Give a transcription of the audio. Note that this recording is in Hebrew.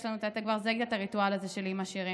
אתה כבר זיהית את הריטואל הזה שלי עם השירים